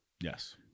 Yes